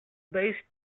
best